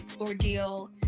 ordeal